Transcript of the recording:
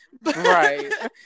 Right